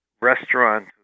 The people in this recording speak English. restaurant